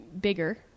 bigger